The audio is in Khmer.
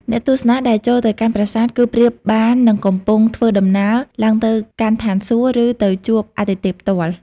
អ្នកទស្សនាដែលចូលទៅកាន់ប្រាសាទ គឺប្រៀបបាននឹងកំពុងធ្វើដំណើរឡើងទៅកាន់ឋានសួគ៌ ឬទៅជួបអាទិទេពផ្ទាល់។